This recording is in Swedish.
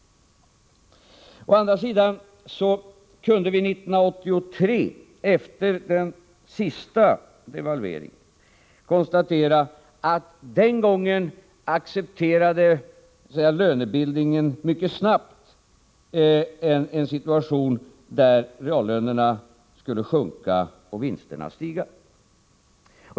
Å andra sidan kunde vi 1983, efter den devalvering som då genomfördes, konstatera att den gången accepterade lönebildningen — låt mig uttrycka saken så — mycket snabbt en situation där reallönerna skulle sjunka och vinsterna stiga.